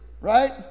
Right